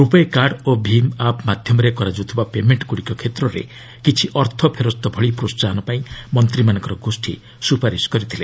RuPay card ଓ ଭୀମ୍ app ମାଧ୍ୟମରେ କରାଯାଉଥିବା ପେମେଣ୍ଟଗୁଡ଼ିକ କ୍ଷେତ୍ରରେ କିଛି ଅର୍ଥ ଫେରସ୍ତ ଭଳି ପ୍ରୋହାହନ ପାଇଁ ମନ୍ତ୍ରୀମାନଙ୍କର ଗୋଷୀ ସ୍ୱପାରିସ କରିଥିଲେ